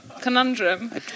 conundrum